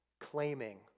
claiming